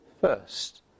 first